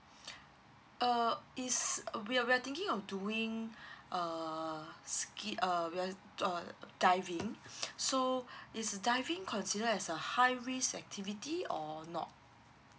uh is we~ we're thinking of doing uh ski uh we're uh diving so is diving consider as a high risk activity or not